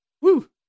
Woo